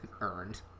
earned